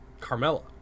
Carmella